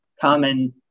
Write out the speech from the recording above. common